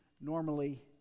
normally